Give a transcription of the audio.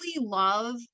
love